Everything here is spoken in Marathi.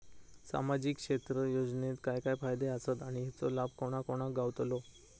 सामजिक क्षेत्र योजनेत काय काय फायदे आसत आणि हेचो लाभ कोणा कोणाक गावतलो?